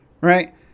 right